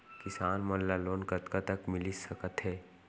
किसान मन ला लोन कतका तक मिलिस सकथे?